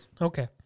Okay